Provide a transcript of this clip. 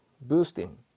boosting